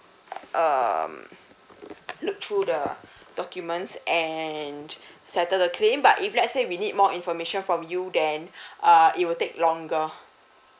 um look through the documents and settle the claim but if let's say we need more information from you then uh it will take longer